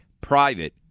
Private